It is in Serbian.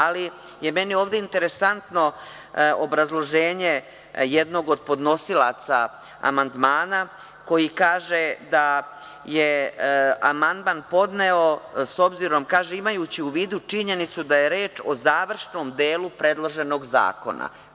Ali, meni je ovde interesantno obrazloženje jednog od podnosilaca amandmana koji kaže da je amandman podneo, imajući u vidu činjenicu da je reč o završnom delu predloženog zakona.